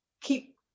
keep